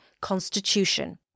Constitution